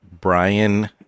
Brian